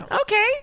Okay